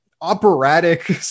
operatic